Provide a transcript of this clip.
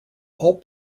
all